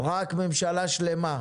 רק ממשלה שלמה.